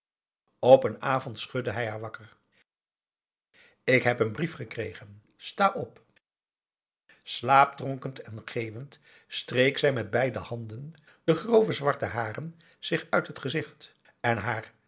op een avond schudde hij haar wakker ik heb een brief gekregen sta op slaapdronken en geeuwend streek zij met beide handen de grove zwarte haren zich uit het gezicht en haar